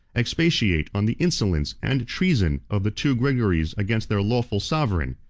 expatiate on the insolence and treason of the two gregories against their lawful sovereign.